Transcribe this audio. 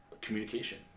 communication